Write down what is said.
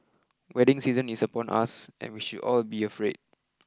wedding season is upon us and we should all be afraid